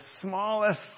smallest